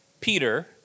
Peter